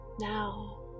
Now